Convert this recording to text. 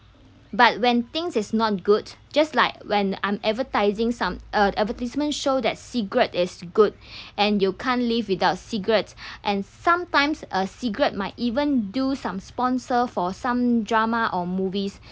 but when things is not good just like when I'm advertising some uh advertisement show that cigarette is good and you can't live without cigarettes and sometimes a cigarette might even do some sponsor for some drama or movies